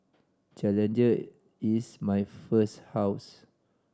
challenger is my first house